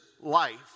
life